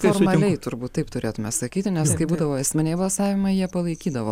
formaliai turbūt taip turėtume sakyti nes kai būdavo esminiai balsavimai jie palaikydavo